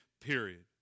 period